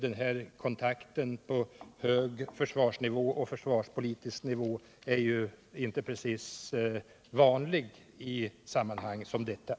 En sådan kontakt på hög försvarspolitisk nivå är ju inte precis vanlig i sådana här sammanhang.